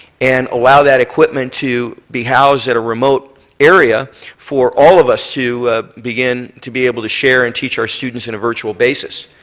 and allow that equipment to be housed at a remote area for all of us to begin to be able to share and teach our students in a virtual basis,